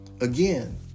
Again